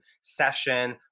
session